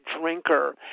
drinker